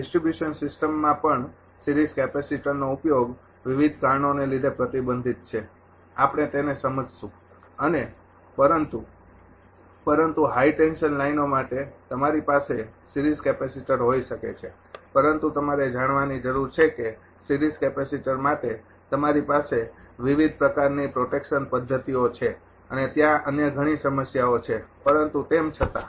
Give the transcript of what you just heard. distribution સિસ્ટમમાં પણ series કેપેસિટરનો ઉપયોગ વિવિધ કારણોને લીધે પ્રતિબંધિત છે આપણે તેને સમજીશું અને પરંતુ પરંતુ હાઇ ટેન્શન લાઇનો માટે તમારી પાસે સિરીઝ કેપેસિટર હોઈ શકે છે પરંતુ તમારે જાણવાની જરૂર છે કે સિરીઝ કેપેસિટર્સ માટે તમારી પાસે વિવિધ પ્રકારની પ્રોટેકશન પદ્ધતિઓ છે અને ત્યાં અન્ય ઘણી સમસ્યાઓ છે પરંતુ તેમ છતાં